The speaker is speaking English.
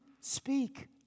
speak